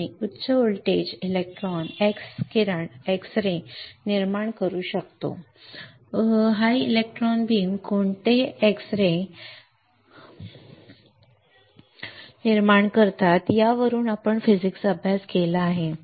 आणि उच्च voltage electron x किरण निर्माण करू शकतो उच्च इलेक्ट्रॉन बीम्स कोणते क्ष किरण निर्माण करतात यावरून आपण फिजिक्स अभ्यास केला आहे ना